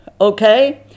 Okay